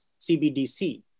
CBDC